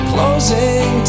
Closing